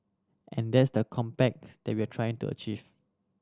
and that's the compact that we will try to achieve